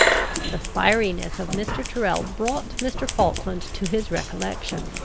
the fieriness of mr. tyrrel brought mr. falkland to his recollection.